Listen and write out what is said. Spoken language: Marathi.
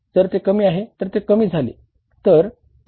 जर ते कमी आहे तर ते कमी का झाले